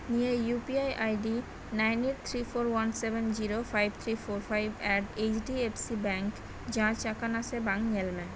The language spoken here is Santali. ᱱᱤᱭᱟᱹ U P I ID nine eight three four one seven zero five three four five at H D F C bank ᱡᱟᱸᱪ ᱟᱠᱟᱠᱱᱟ ᱥᱮ ᱵᱟᱝ ᱧᱮᱞ ᱢᱮ